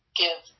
give